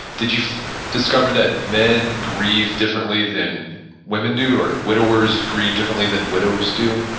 did you discover that men grieve differently than women do or do widowers grieve differently than widows do?